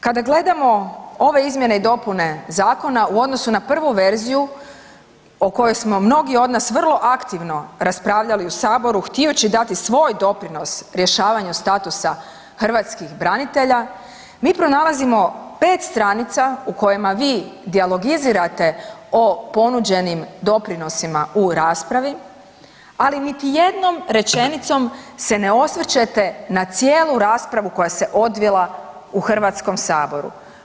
Kada gledamo ove izmjene i dopune zakona u odnosu na prvu verziju o kojoj smo mnogi od nas vrlo aktivno raspravljali u Saboru htijući dati svoj doprinos rješavanju statusa hrvatskih branitelja, mi pronalazimo 5 stranica u kojima vi dilogizirate o ponuđenim doprinosima u raspravi, ali niti jednom rečenicom se ne osvrćete na cijelu raspravu koja se odvila u Hrvatskom saboru.